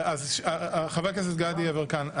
חבר הכנסת גדי יברקן,